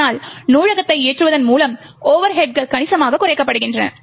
இதனால் நூலகத்தை ஏற்றுவதன் மூலம் ஒவர்ஹேட்ஸ்கள் கணிசமாகக் குறைக்கப்படுகின்றன